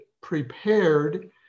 prepared